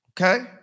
Okay